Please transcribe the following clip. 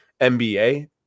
NBA